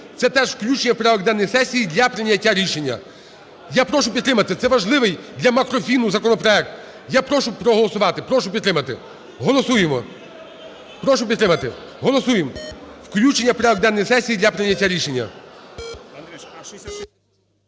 Це теж включення в порядок денний сесії для прийняття рішення. Я прошу підтримати це важливий для макрофіну законопроект. Я прошу проголосувати. Прошу підтримати. Голосуємо. Прошу підтримати. Голосуємо включення в порядок денний сесії для прийняття рішення.